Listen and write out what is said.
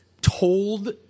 told